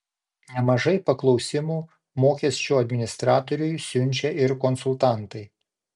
nemažai paklausimų mokesčių administratoriui siunčia ir konsultantai